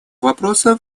вопроса